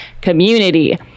community